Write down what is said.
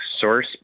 source